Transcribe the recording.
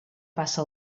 passa